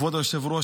כבוד היושב-ראש,